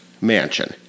mansion